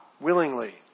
willingly